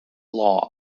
law